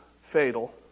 fatal